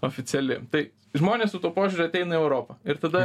oficiali tai žmonės su tuo požiūriu ateina į europą ir tada